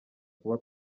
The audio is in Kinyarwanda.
kuba